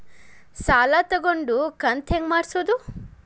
ಸಾಲ ತಗೊಂಡು ಕಂತ ಹೆಂಗ್ ಮಾಡ್ಸೋದು?